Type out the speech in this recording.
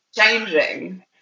changing